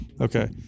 Okay